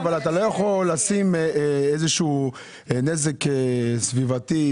אתה לא יכול לשים איזה שהוא נזק סביבתי,